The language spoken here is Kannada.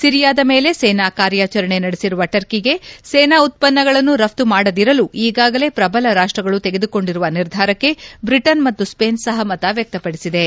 ಸಿರಿಯಾದ ಮೇಲೆ ಸೇನಾ ಕಾರ್ಯಾಚರಣೆ ನಡೆಸಿರುವ ಟರ್ಕಿಗೆ ಸೇನಾ ಉತ್ಪನ್ನಗಳನ್ನು ರಫ್ತು ಮಾಡದಿರಲು ಈಗಾಗಲೇ ಪ್ರಬಲ ರಾಷ್ಷಗಳು ತೆಗೆದುಕೊಂಡಿರುವ ನಿರ್ಧಾರಕ್ಕೆ ಬ್ರಿಟನ್ ಮತ್ತು ಸ್ವೇನ್ ಸಹಮತ ವ್ಯಕ್ಷಪಡಿಸಿವೆ